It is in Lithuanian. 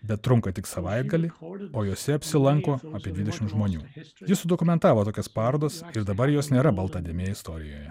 bet trunka tik savaitgalį o jose apsilanko apie dvidešimt žmonių ji sudokumentavo tokias parodas ir dabar jos nėra balta dėmė istorijoje